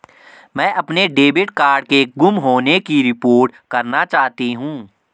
मैं अपने debit card के गुम होने की रिपोर्ट करना चाहती हूँ